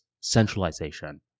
centralization